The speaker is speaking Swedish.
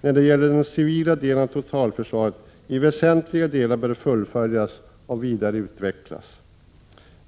när det gäller den civila delen av totalförsvaret, i väsentliga delar bör fullföljas och vidare utvecklas.